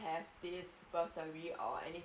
have this bursary or any